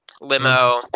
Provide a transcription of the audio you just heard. limo